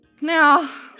Now